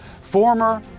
former